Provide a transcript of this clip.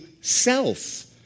self